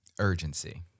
urgency